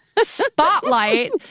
Spotlight